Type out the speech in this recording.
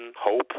hope